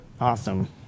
Awesome